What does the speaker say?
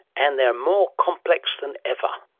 and they're more complex than ever.